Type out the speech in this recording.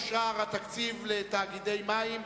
2009, אושר התקציב לתאגידי מים.